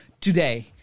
today